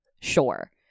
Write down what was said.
Sure